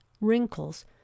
wrinkles